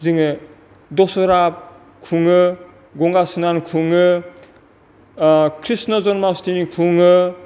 जोङो दसरा खुङो गंगास्नान खुङो क्रिष्ण जन्मास्तमि खुङो